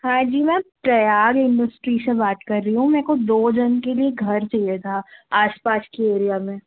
हाँ जी मैं प्रयाग इंडस्ट्री से बात कर रही हूँ मेरे को दो जन के लिए घर चाहिए था आस पास के एरिया में